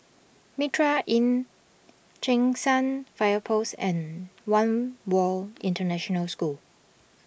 Mitraa Inn Cheng San Fire Post and one World International School